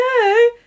no